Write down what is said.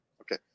Okay